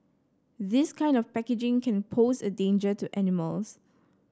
this kind of packaging can pose a danger to animals